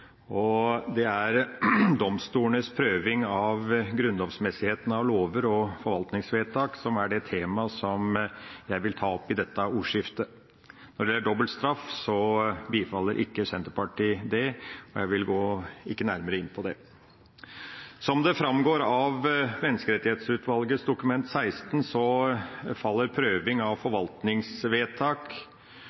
Det er domstolenes prøving av grunnlovmessigheten av lover og forvaltningsvedtak som er det temaet jeg vil ta opp i dette ordskiftet. Når det gjelder dobbeltstraff, bifaller ikke Senterpartiet det. Jeg vil ikke gå nærmere inn på det. Som det framgår av Menneskerettighetsutvalgets Dokument 16, faller prøving av forvaltningsvedtak